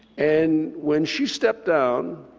and when she stepped down,